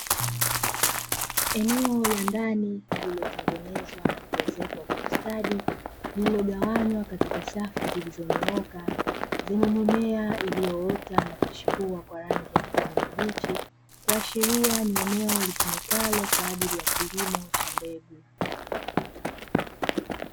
Eneo la ndani lililotengenezwa na kuwezekwa kwa ustadi, lililogawanywa katika safu zilizonyooka zenye mimea, iloyoota na kuchipua kwa rangi ya kijani kibichi, kuashiria ni eneo litumikalo kwajili ya kilimo cha mbegu.